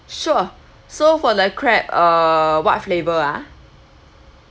sure so for the crab uh what flavor ah